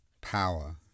power